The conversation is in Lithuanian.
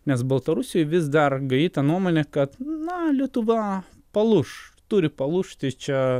nes baltarusijoj vis dar gaji ta nuomonė kad na lietuva palūš turi palūžti čia